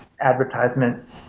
advertisement